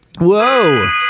Whoa